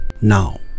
Now